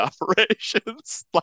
operations